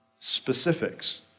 specifics